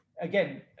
again